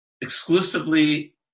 exclusively